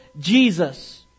Jesus